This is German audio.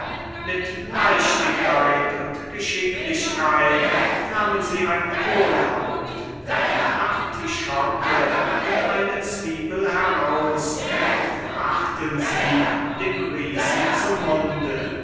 mit leichtigkeit und geschicklichkeit nahmen sie ein kohlhaupt eine artischocke und eine zwiebel heraus und brachten sie dem riesen zum munde